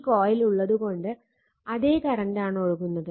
ഈ കോയിൽ ഉള്ളത് കൊണ്ട് അതേ കറണ്ടാണ് ഒഴുകുന്നത്